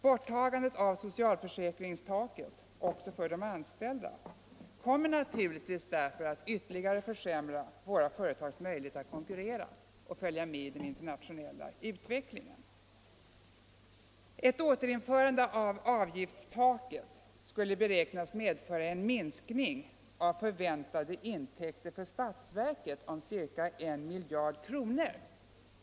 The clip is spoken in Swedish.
Borttagandet av socialförsäkringstaket också för de anställda kommer naturligtvis därför att ytterligare försämra våra företags möjligheter att konkurrera och följa med i den internationella utvecklingen. Socialförsäkringsutskottet säger att ett återinförande av avgiftstaket beräknas medföra en minskning av förväntade intäkter för statsverket om ca 1 miljard kronor.